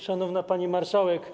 Szanowna Pani Marszałek!